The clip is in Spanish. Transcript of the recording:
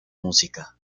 música